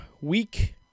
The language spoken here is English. week